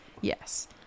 Yes